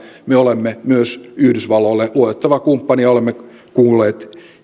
me olemme myös yhdysvalloille luotettava kumppani ja olemme kuulleet